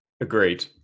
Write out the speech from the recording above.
Agreed